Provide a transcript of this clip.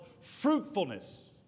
fruitfulness